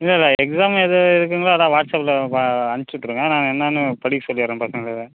இல்லைல்ல எக்ஸாம் எதுவும் இருக்குதுங்களா அதான் வாட்ஸப்பில் அம்ச்சுவிட்ருங்க நாங்கள் என்னென்னு படிக்க சொல்லிறோம் பசங்களை